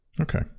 Okay